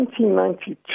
1992